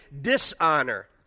dishonor